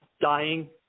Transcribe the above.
dying